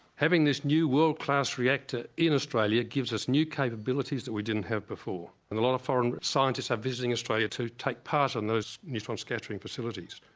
having this new world class reactor in australia gives us new capabilities that we didn't have before and a lot of foreign scientists are visiting australia to take part in those neutron scattering facilities.